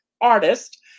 artist